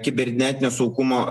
kibernetinio saugumo